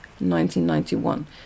1991